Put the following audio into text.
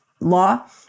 law